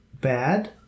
Bad